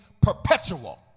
perpetual